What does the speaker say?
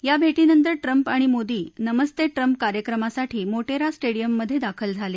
या भेटीनंतर ट्रम्प आणि मोदी नमस्ते ट्रम्प कार्यक्रमासाठी मोटेरा स्टेडियममध्ये दाखल झाले